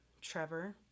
Trevor